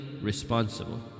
responsible